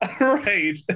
Right